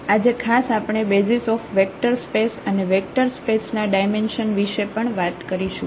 આજે ખાસ આપણે બેઝિસ ઓફ વેક્ટર સ્પેસ અને વેક્ટર સ્પેસ ના ડાયમેન્શન વિશે પણ વાત કરીશું